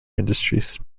industries